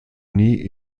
nie